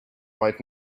white